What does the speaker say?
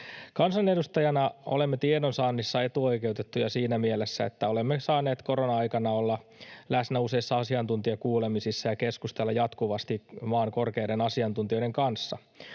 Kansanedustajina olemme tiedonsaannissa etuoikeutettuja siinä mielessä, että olemme saaneet korona-aikana olla läsnä useissa asiantuntijakuulemisissa ja keskustella jatkuvasti maan korkeiden asiantuntijoiden kanssa.